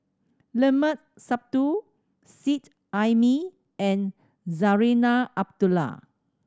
Limat Sabtu Seet Ai Mee and Zarinah Abdullah